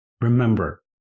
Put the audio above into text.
remember